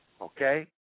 Okay